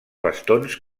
bastons